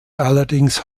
allerdings